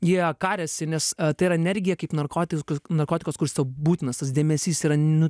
jie kariasi nes tai yra energija kaip narkotis k narkotikas kuris tau būtinas tas dėmesys yra nu